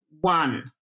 one